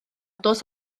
dos